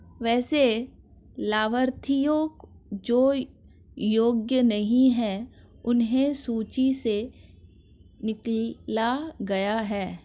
वैसे लाभार्थियों जो योग्य नहीं हैं उन्हें सूची से निकला गया है